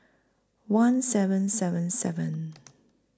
one seven seven seven